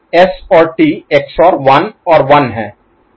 S और T XOR 1 और 1 हैं